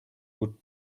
would